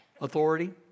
authority